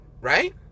right